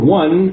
one